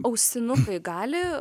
ausinukai gali